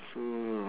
so